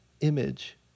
image